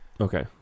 Okay